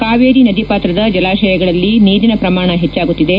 ಕಾವೇರಿ ನದಿ ಪಾತ್ರದ ಜಲಾಶಯಗಳಲ್ಲಿ ನೀರಿನ ಪ್ರಮಾಣ ಹೆಚ್ಚಾಗುತ್ತಿದೆ